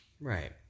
Right